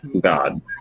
God